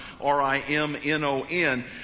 R-I-M-N-O-N